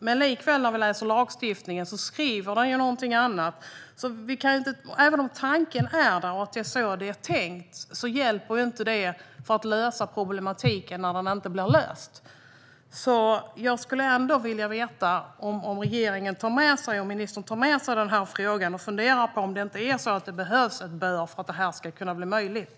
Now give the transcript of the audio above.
Men likväl står det ju någonting annat i lagstiftningen. Även om det är så det är tänkt hjälper inte det för att lösa problematiken när den inte blir löst. Jag skulle ändå vilja veta om regeringen och ministern tar med sig den här frågan och funderar på om det inte är så att det behövs ett "bör" för att det här ska kunna bli möjligt.